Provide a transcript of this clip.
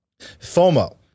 FOMO